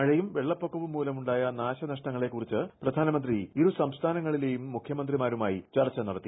മഴയും വെള്ളപ്പൊക്കവും മൂലം ഉണ്ടായ നാശനഷ്ടങ്ങൾ കുറിച്ച് പ്രധാനമന്ത്രി ഇരുസംസ്ഥാനങ്ങളിലെയും മുഖ്യമന്ത്രിമാരുമായി ചർച്ച നടത്തി